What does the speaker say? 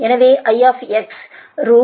எனவேI root overzy z